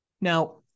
Now